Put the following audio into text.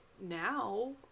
now